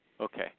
Okay